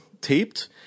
taped